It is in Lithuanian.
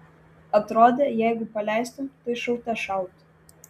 atrodė jeigu paleistum tai šaute šautų